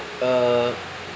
err